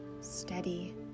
steady